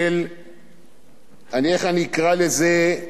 איך אני אקרא לזה, השתוללות תקציבית.